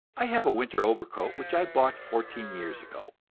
i have a winter overcoat which i bought fourteen years ago,